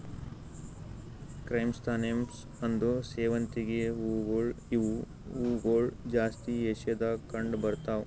chrysanthemums ಅಂದುರ್ ಸೇವಂತಿಗೆ ಹೂವುಗೊಳ್ ಇವು ಹೂಗೊಳ್ ಜಾಸ್ತಿ ಏಷ್ಯಾದಾಗ್ ಕಂಡ್ ಬರ್ತಾವ್